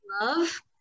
love